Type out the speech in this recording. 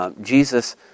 Jesus